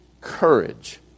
courage